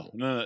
no